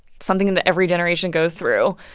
something and that every generation goes through,